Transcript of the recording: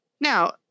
now